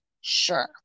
Sure